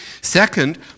Second